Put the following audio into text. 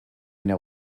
know